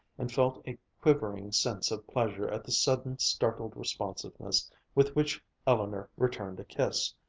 and felt a quivering sense of pleasure at the sudden startled responsiveness with which eleanor returned a kiss,